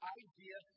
idea